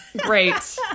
Great